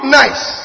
nice